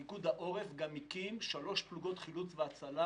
פיקוד העורף הקים שלוש פלוגות חילוץ והצלה,